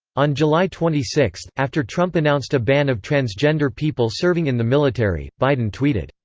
on july twenty six, after trump announced a ban of transgender people serving in the military, biden tweeted,